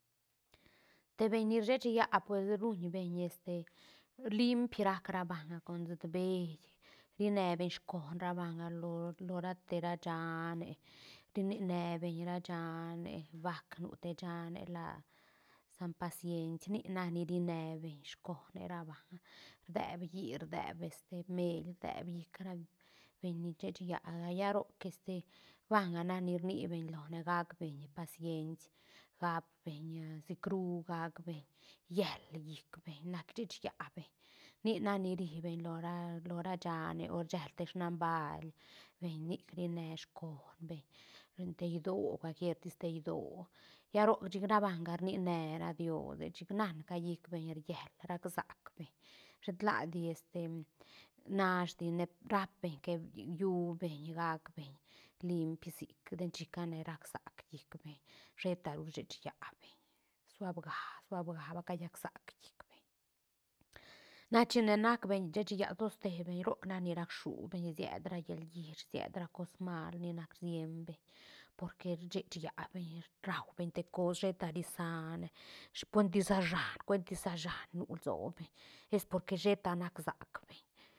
Te beñ ni shech yä pues ruñ beñ este liimp rac ra banga con sutbeï rine beñ scoón ra banga lo- lora te ra shane ri ni ne beñ ra shane bác nu te shane la san paciens nic nac ni rine beñ scone ra banga rdeed hií rdeed este meil rdeeb llic ra beñ shech yäga lla roc este banga nac ni rni beñ lone gac beñ pacieñs gac beñ sicru gac beñ yél llic beñ nac shech yä beñ nic nac ni ribeñ lora- lora shane o rcheel te snam bail beñ nic rine scon beñ lo te idioö cualquiertis te idioö lla roc chic ra ban ga rnine ra diose chic nan ca llic beñ riel rac sac beñ shet ladi este nash dine rap beñ que llubeñ gac beñ liimp sic ten chicane rac sac llic beñ sheta ru shech yä beñ suabga- suadga ba ca llac sac llic beñ na chine nac beñ shech yä toste beñ roc nac ni rac shubeñ siet ra llalgish siet ra cos mal ni nac rsieñ beñ porque shech yä beñ raubeñ te cos sheta ri sane cuentis sa shan cuentis sa shan nu lso beñ es porque sheta nac sac beñ